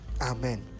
Amen